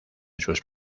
sus